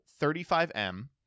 35M